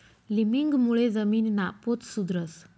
लिमिंगमुळे जमीनना पोत सुधरस